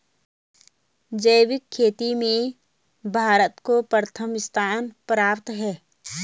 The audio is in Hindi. जैविक खेती में भारत को प्रथम स्थान प्राप्त है